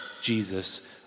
Jesus